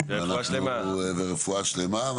ורפואה שלמה.